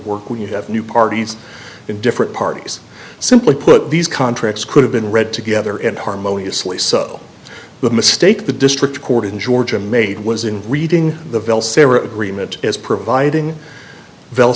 work when you have new parties in different parties simply put these contracts could have been read together and harmoniously so the mistake the district court in georgia made was in reading the bill say were agreement as providing v